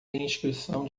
inscrição